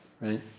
right